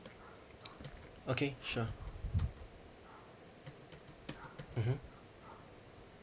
okay sure mmhmm